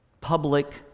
public